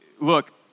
look